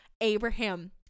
Abraham